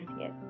yes